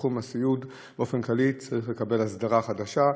שתחום הסיעוד באופן כללי צריך לקבל הסדרה חדשה,